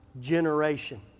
generation